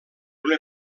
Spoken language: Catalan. una